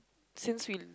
since we